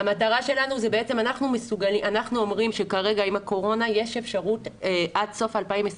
אנחנו אומרים שכרגע עם הקורונה יש אפשרות עד סוף 2021